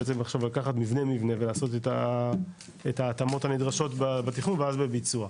בעצם לקחת מבנה-מבנה ולעשות את ההתאמות הנדרשות בתכנון ואז בביצוע.